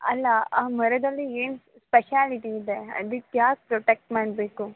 ಅಲ್ಲ ಆ ಮರದಲ್ಲಿ ಏನು ಸ್ಪೆಷ್ಯಾಲಿಟಿ ಇದೆ ಅದಕ್ಕೆ ಯಾಕೆ ಪ್ರೊಟೆಕ್ಟ್ ಮಾಡಬೇಕು